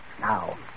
Now